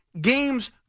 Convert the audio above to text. games